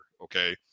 okay